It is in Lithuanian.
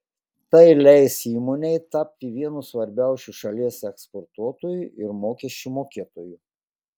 tai leis įmonei tapti vienu svarbiausių šalies eksportuotoju ir mokesčių mokėtoju